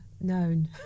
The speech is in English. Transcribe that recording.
known